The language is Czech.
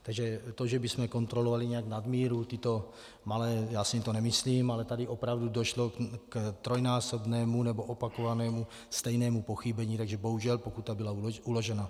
Takže to, že bychom kontrolovali nějak nadmíru tyto malé, já si to nemyslím, ale tady opravdu došlo k trojnásobnému nebo opakovanému stejnému pochybení, takže bohužel, pokuta byla uložena.